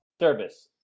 service